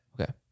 Okay